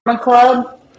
Club